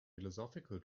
philosophical